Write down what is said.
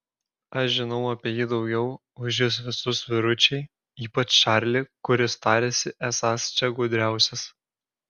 aš žinau apie jį daugiau už jus visus vyručiai ypač čarlį kuris tariasi esąs čia gudriausias